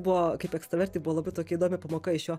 buvo kaip ekstravertei buvo labai tokia įdomi pamoka iš jo